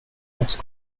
this